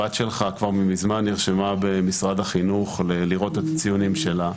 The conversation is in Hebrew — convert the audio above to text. הבת שלך כבר מזמן נרשמה במשרד החינוך כדי לראות את הציונים שלה,